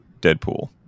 Deadpool